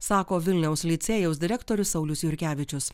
sako vilniaus licėjaus direktorius saulius jurkevičius